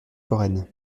foraines